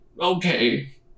Okay